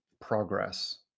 progress